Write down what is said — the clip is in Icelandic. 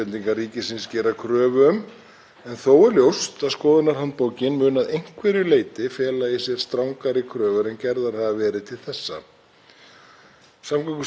Samgöngustofa er til að mynda meðvituð um það að vilji minn stendur til þess að ekki sé gengið lengra en nauðsynlegt er að teknu tilliti til umferðaröryggis.